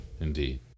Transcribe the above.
indeed